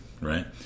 right